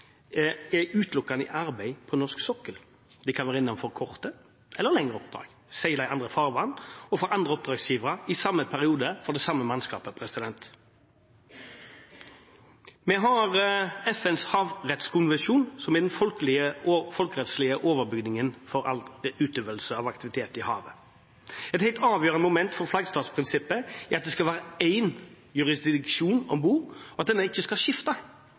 er utelukkende i arbeid på norsk sokkel. De kan være innom for korte eller lengre oppdrag, seile i andre farvann og for andre oppdragsgivere i samme periode med det samme mannskapet. Vi har FNs havrettskonvensjon som er den folkerettslige overbygningen for all utøvelse av aktivitet i havet. Et helt avgjørende moment for flaggstatsprinsippet er at det skal være én jurisdiksjon om bord, og at denne ikke skal skifte